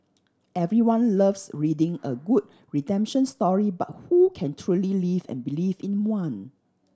everyone loves reading a good redemption story but who can truly live and believe in one